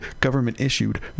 government-issued